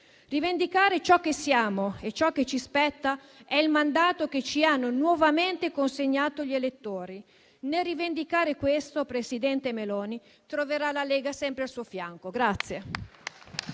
Rivendicare ciò che siamo e ciò che ci spetta è il mandato che ci hanno nuovamente consegnato gli elettori. Nel rivendicare questo, signora presidente del Consiglio Meloni, troverà la Lega sempre al suo fianco.